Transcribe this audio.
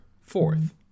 fourth